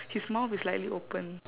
his mouth is slightly open